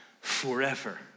forever